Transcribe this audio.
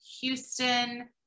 Houston